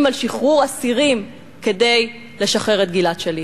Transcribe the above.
על שחרור אסירים כדי לשחרר את גלעד שליט.